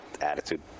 attitude